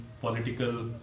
political